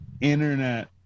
internet